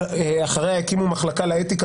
שאחריה הקימו מחלקה לאתיקה